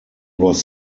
was